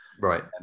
Right